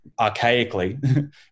archaically